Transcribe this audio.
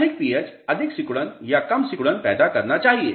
अधिक पीएच अधिक सिकुड़न या कम सिकुड़न पैदा करना चाहिए